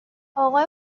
آقای